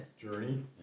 journey